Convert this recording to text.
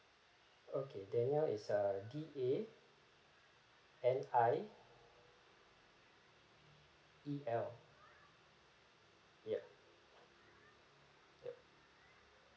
okay daniel is uh D A N I E L ya yup